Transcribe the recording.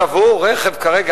שעבורם רכב כרגע,